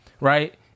right